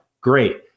great